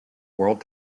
world